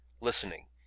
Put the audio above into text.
listening